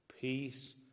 peace